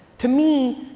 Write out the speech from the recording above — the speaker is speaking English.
to me,